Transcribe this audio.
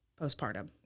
postpartum